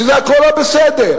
שזה הכול לא בסדר.